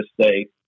State